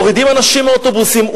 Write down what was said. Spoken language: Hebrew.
מורידים אנשים מהאוטובוסים.